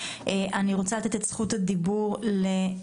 אני רוצה לתת את זכות הדיבור לצח